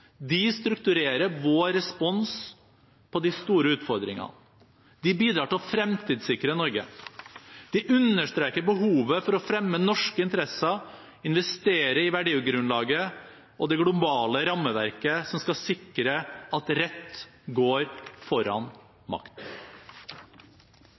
De strukturerer vår respons på de store utfordringene. De bidrar til å fremtidssikre Norge. De understreker behovet for å fremme norske interesser og investere i verdigrunnlaget og det globale rammeverket som skal sikre at rett går foran makt.